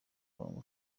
murongo